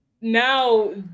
Now